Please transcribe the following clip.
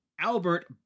Albert